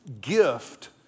gift